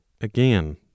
Again